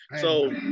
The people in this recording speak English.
So-